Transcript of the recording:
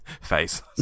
face